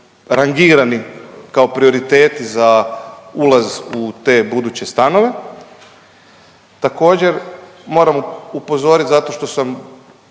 rangirani kao prioriteti za ulaz u te buduće stanove? Također moram upozorit zato što sam